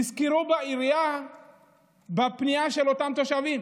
נזכרו בעירייה בפנייה של אותם תושבים.